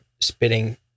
spitting